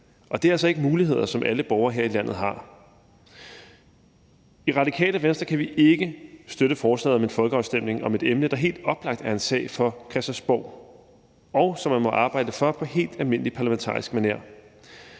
Og det er altså ikke muligheder, som alle borgere her i landet har. I Radikale Venstre kan vi ikke støtte forslaget om en folkeafstemning om et emne, der helt oplagt er en sag for Christiansborg, og som man må arbejde for på helt almindelig parlamentarisk manér.